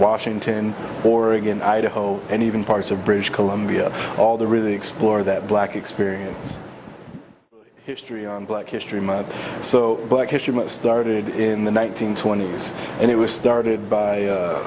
washington oregon idaho and even parts of british columbia all the really explore that black experience history on black history month so black history month started in the one nine hundred twenty s and it was started by